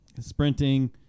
Sprinting